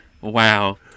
Wow